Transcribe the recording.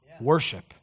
Worship